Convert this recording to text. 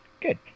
Good